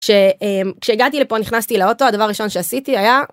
כשהגעתי לפה נכנסתי לאוטו הדבר הראשון שעשיתי היה